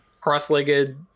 cross-legged